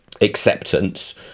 acceptance